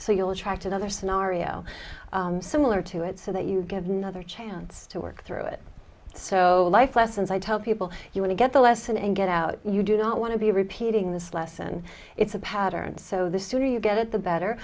so you'll attract another scenario similar to it so that you give another chance to work through it so life lessons i tell people you want to get the lesson and get out you do not want to be repeating this lesson it's a pattern so the sooner you get it the better